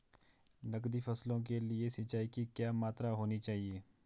नकदी फसलों के लिए सिंचाई की क्या मात्रा होनी चाहिए?